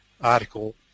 article